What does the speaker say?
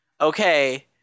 okay